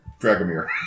Dragomir